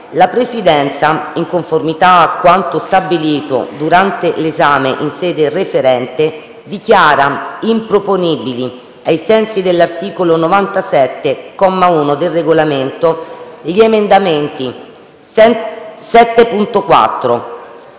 la Presidenza, in conformità con quanto stabilito durante l'esame in sede referente, dichiara improponibili, ai sensi dell'articolo 97, comma 1, del Regolamento, gli emendamenti 7.4,